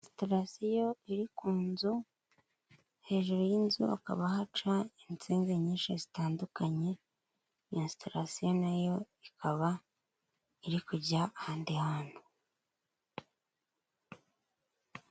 Insitarasiyo iri ku nzu hejuru y'inzu hakaba haca insinga nyinshi zitandukanye, insitarasiyo nayo ikaba iri kujya ahandi hantu.